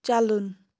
چلُن